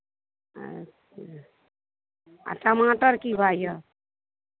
अच्छा आ टमाटर की भाओ यए